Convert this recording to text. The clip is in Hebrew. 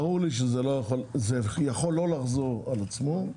ברור לי שזה יכול לא לחזור על עצמו.